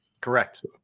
Correct